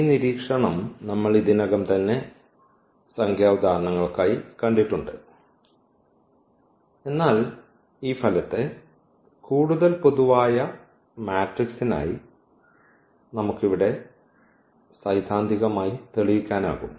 ഈ നിരീക്ഷണം നമ്മൾ ഇതിനകം തന്നെ സംഖ്യാ ഉദാഹരണങ്ങൾക്കായി കണ്ടിട്ടുണ്ട് എന്നാൽ ഈ ഫലത്തെ കൂടുതൽ പൊതുവായ മാട്രിക്സ്നായി നമുക്ക് ഇവിടെ സൈദ്ധാന്തികമായി തെളിയിക്കാനാകും